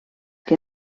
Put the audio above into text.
que